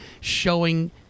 showing